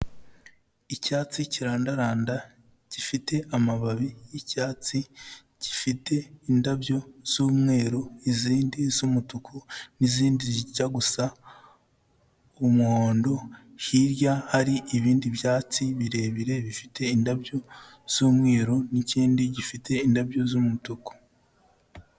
Icyatsi kirandaranda gifite amababi y'icyatsi gifite indabyo z'umweru izindi z'umutuku n'izindi zijya gusa umuhondo, hirya hari ibindi byatsi birebire bifite indabyo z'umweru n'ikindi gifite indabyo z'umutuku.